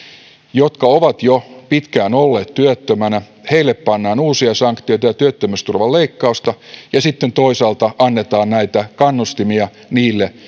jotka ovat jo pitkään olleet työttöminä pannaan uusia sanktioita ja ja työttömyysturvan leikkausta ja sitten toisaalta annetaan näitä kannustimia niille